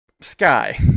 sky